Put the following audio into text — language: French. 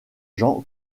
jean